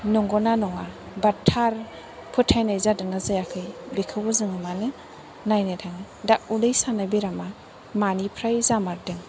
नंगौना नङा बा थार फोथाइनाय जादों ना जायाखै बेखौबो जों मानो नायनो थाङो दा उदै सानाय बेरामा मानिफ्राय जामारदों